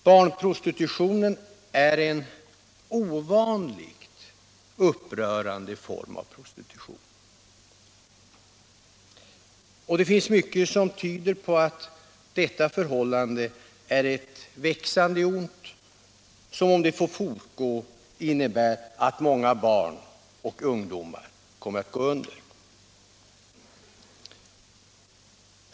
Barnprostitutionen är en ovanligt upprörande form av prostitution, och det finns mycket som tyder på att detta förhållande är ett växande ont som, om det får fortgå, innebär att många barn och ungdomar kommer att gå under.